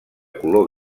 color